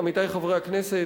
עמיתי חברי הכנסת,